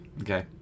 Okay